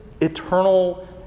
eternal